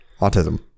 Autism